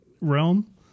realm